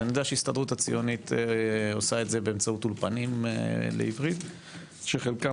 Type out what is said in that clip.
אני יודע שההסתדרות הציונית עושה את זה באמצעות אולפנים לעברית שחלקם